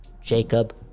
Jacob